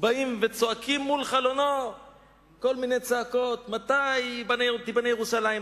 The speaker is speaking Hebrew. באים וצועקים מול חלונו כל מיני צעקות: מתי תיבנה ירושלים?